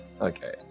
okay